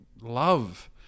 love